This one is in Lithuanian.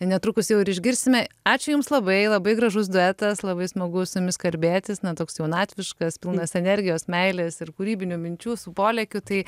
netrukus jau ir išgirsime ačiū jums labai labai gražus duetas labai smagu su jumis kalbėtis ne toks jaunatviškas pilnas energijos meilės ir kūrybinių minčių su polėkiu tai